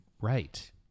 right